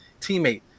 teammate